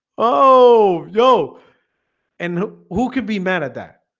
oh no and who who could be mad at that?